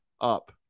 up